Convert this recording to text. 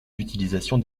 d’utilisation